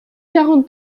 quarante